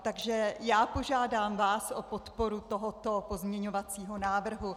Takže já požádám vás o podporu tohoto pozměňovacího návrhu.